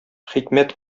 хикмәт